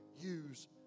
Use